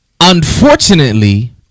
unfortunately